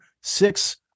six